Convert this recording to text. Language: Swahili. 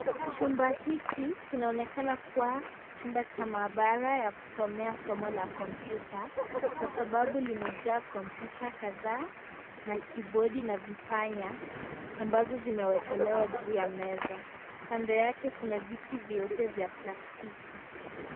Chumba hiki kinaonekana kuwa chumba cha maabara ya kusomea somo la kompyuta, kwa sababu limejaa kompyuta kadhaa na kibodi na vipanya, ambazo zimewekelewa juu ya meza. Kando yake kuna viti vyeupe vya plastiki.